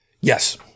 Yes